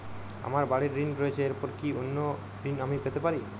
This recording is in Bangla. আমার বাড়ীর ঋণ রয়েছে এরপর কি অন্য ঋণ আমি পেতে পারি?